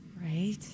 Right